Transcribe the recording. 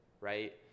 right